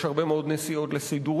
יש הרבה מאוד נסיעות לסידורים,